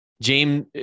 James